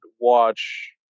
watch